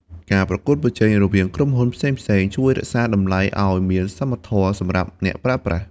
ការប្រកួតប្រជែងរវាងក្រុមហ៊ុនផ្សេងៗជួយរក្សាតម្លៃឱ្យមានសមធម៌សម្រាប់អ្នកប្រើប្រាស់។